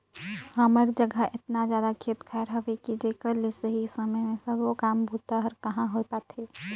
हमर जघा एतना जादा खेत खायर हवे कि जेकर ले सही समय मे सबो काम बूता हर कहाँ होए पाथे